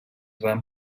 van